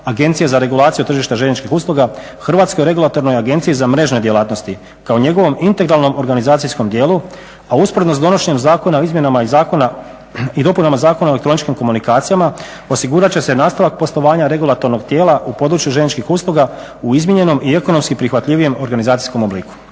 Agencije za regulaciju tržišta željezničkih usluga Hrvatskoj regulatornoj agenciji za mrežne djelatnosti kao njegovom integralnom organizacijskom dijelu, a usporedo s donošenjem Zakona o izmjenama i dopunama Zakona o elektroničkim komunikacijama osigurat će se nastavak poslovanja regulatornog tijela u području željezničkih usluga u izmijenjenom i ekonomski prihvatljivijem organizacijskom obliku.